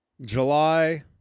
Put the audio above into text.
July